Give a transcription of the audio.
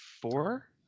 Four